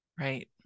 Right